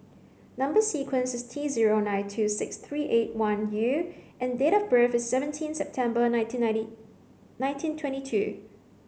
number sequence is T zero nine two six three eight one U and date of birth is seventeen September nineteen ninety nineteen twenty two